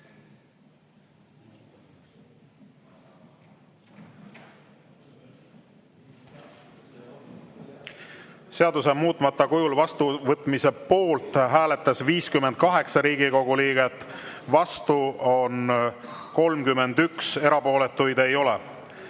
Seaduse muutmata kujul vastuvõtmise poolt hääletas 58 Riigikogu liiget, vastu on 31, erapooletuid ei ole.